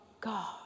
God